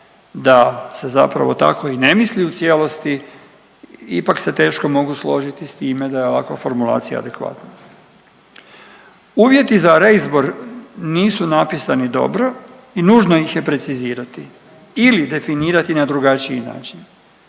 da se zapravo tako i ne misli u cijelosti ipak se teško mogu složiti s time da je ovakva formulacija adekvatna. Uvjeti za reizbor nisu napisani dobro i nužno ih je precizirati ili definirati na drugačiji način,